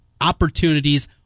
opportunities